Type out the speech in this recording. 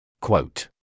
Quote